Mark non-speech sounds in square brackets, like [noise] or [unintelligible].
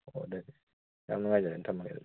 ꯑꯣ [unintelligible] ꯌꯥꯝ ꯅꯨꯡꯉꯥꯏꯖꯔꯦ ꯊꯝꯃꯒꯦ ꯑꯗꯨꯗꯤ